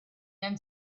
then